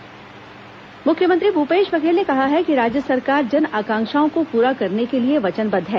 मैनपाट महोत्सव मुख्यमंत्री भूपेश बघेल ने कहा है कि राज्य सरकार जनआकांक्षाओं को पूरा करने के लिए वचनबद्व है